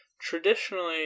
traditionally